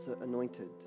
anointed